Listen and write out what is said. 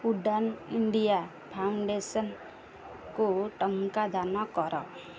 Udaan India ଫାଉଣ୍ଡେସନ୍କୁ ଟଙ୍କା ଦାନ କର